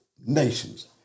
nations